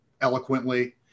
eloquently